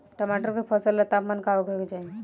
टमाटर के फसल ला तापमान का होखे के चाही?